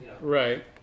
Right